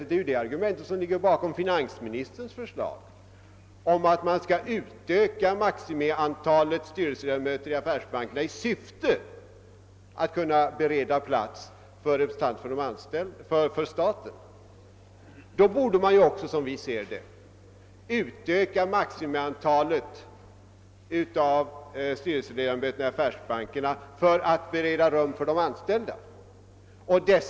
Det är ju samma argument som ligger bakom finansministerns förslag om en utökning av maximiantalet styrelseledamöter i affärsbankerna i syfte att bereda plats för statens representanter. Då borde man också, som vi ser det, kunna utöka maximiantalet styrelseledamöter för att bereda plats för de anställdas representanter.